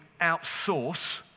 outsource